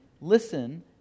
listen